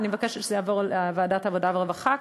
אני מבקשת שזה יעבור לוועדת העבודה והרווחה,